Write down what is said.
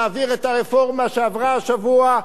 להעביר את הרפורמה שעברה השבוע.